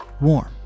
warm